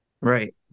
Right